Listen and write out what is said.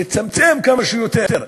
לצמצם אותם כמה שיותר.